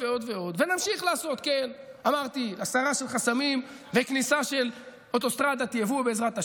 ואז אתה מנסה לראות אם בסוף אפשר לייבא לכאן לתמרוקים,